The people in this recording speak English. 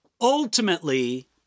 Ultimately